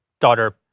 daughter